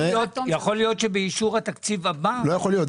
יכול להיות שבאישור התקציב הבא --- לא יכול להיות,